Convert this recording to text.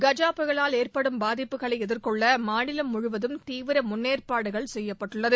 கஜா புயலால் ஏற்படும் பாதிப்புகளை எதிர்கொள்ள மாநிலம் முழுவதும் தீவிர முன்னேற்பாடுகள் செய்யப்பட்டுள்ளது